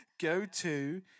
go-to